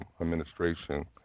administration